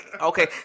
Okay